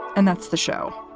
and that's the show.